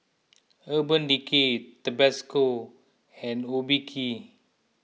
Urban Decay Tabasco and Obike